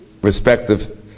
respective